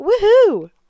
Woohoo